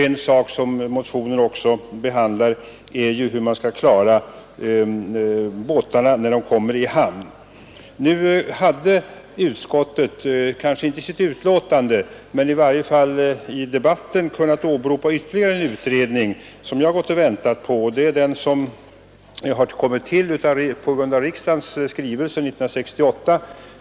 En sak som den också behandlar är hur man skall klara båtarna när de kommer i hamn. Utskottet hade faktiskt, kanske inte i sitt betänkande men i varje fall i debatten, kunnat åberopa ytterligare en utredning, som jag har gått och väntat på, och det är den som har kommit till på grund av en riksdagens skrivelse 1968.